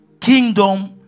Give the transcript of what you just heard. kingdom